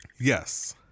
yes